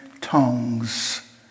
tongues